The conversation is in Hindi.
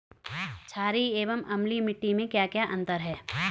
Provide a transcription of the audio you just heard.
छारीय एवं अम्लीय मिट्टी में क्या क्या अंतर हैं?